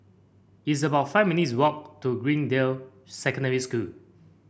it's about five minutes' walk to Greendale Secondary School